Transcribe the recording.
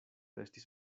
estis